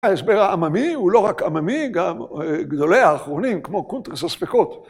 ההסבר העממי הוא לא רק עממי, גם גדולי האחרונים, כמו קונטרס הספקות.